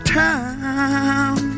time